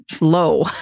low